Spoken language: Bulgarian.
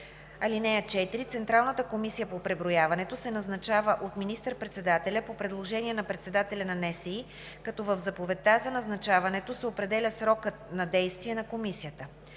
НСИ. (4) Централната комисия по преброяването се назначава от министър-председателя по предложение на председателя на НСИ, като в заповедта за назначаването се определя срокът на действие на комисията.